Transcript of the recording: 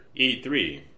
E3